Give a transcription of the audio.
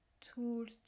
tools